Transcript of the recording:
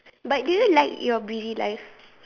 but do you like your busy life